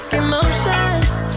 emotions